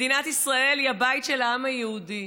מדינת ישאל היא הבית של העם היהודי,